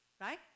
right